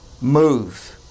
move